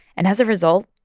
and as a result,